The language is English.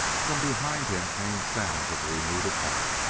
from behind him came sounds of a renewed attack.